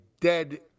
Dead